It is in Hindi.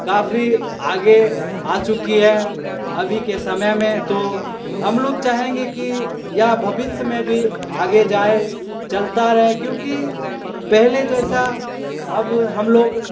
काफ़ी आगे आ चुकी है अभी के समय में तो हम लोग चाहेंगे कि या भविष्य में भी आगे जाए चलता रहे क्योंकि पहले जैसा अब हम लोग